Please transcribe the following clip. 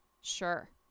Sure